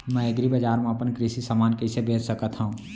मैं एग्रीबजार मा अपन कृषि समान कइसे बेच सकत हव?